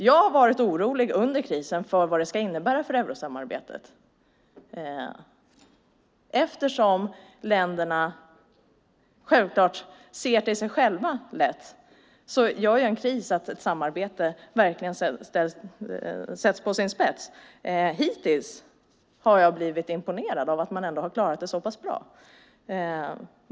Jag har varit orolig under krisen för vad det kommer att innebära för eurosamarbetet. Eftersom länderna självklart lätt ser till sig själva gör en kris att ett samarbete ställs på sin spets. Hittills har jag blivit imponerad av att man ändå har klarat det så pass bra.